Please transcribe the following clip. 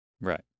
Right